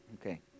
Okay